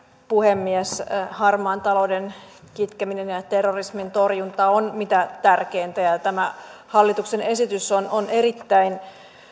puhemies harmaan talouden kitkeminen ja ja terrorismin torjunta on mitä tärkeintä ja ja tämä hallituksen esitys on on erittäin